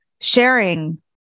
sharing